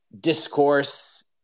discourse